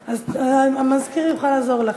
אז המזכיר יוכל לעזור לך.